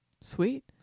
Sweet